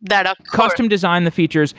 that ah custom design the features,